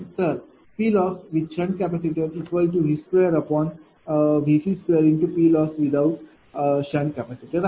तर PLosswith SCV2Vc2×PLosswithout SCआहे